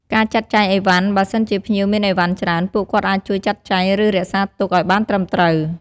ការលាភ្ញៀវនៅពេលត្រឡប់ទៅវិញ នៅពេលភ្ញៀវត្រឡប់ទៅវិញ ពុទ្ធបរិស័ទតែងនិយាយពាក្យលាដោយរាក់ទាក់ និងជូនពរឲ្យធ្វើដំណើរប្រកបដោយសុវត្ថិភាព។